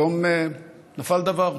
היום נפל דבר.